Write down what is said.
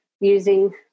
using